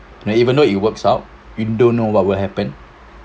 like even though it works out you don't know what will happen